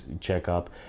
checkup